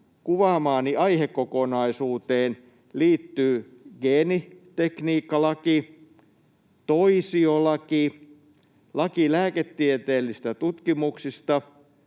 samaan aihekokonaisuuteen liittyy geenitekniikkalaki, toisiolaki, laki lääketieteellisestä tutkimuksesta,